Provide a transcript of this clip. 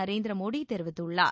நரேந்திர மோடி தெரிவித்துள்ளார்